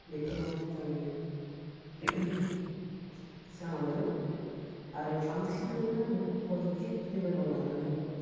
बेफोर माने मोजाङै जालांगोन आरो बांसिनखौनो आङो पजिटिभ लेभेलाव लानानै